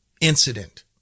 incident